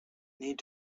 need